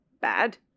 Bad